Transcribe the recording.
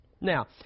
Now